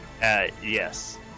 yes